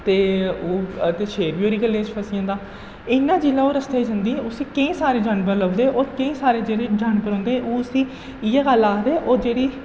ते ओह् ते शेर बी ओह्दी गल्लें च फसी जंदा इ'यां जिसलै ओह् रस्ते च जंदी उसी केईं सारे जानवर लभदे होर केईं सारे जेह्ड़े जानवर होंदे ओह् उसी इ'यै गल्ल आखदे ओह् जेह्ड़ी